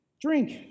Drink